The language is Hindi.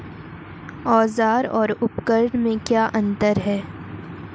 औज़ार और उपकरण में क्या अंतर है?